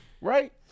right